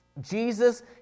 Jesus